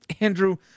Andrew